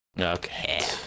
Okay